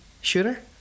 shooter